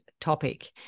topic